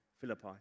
Philippi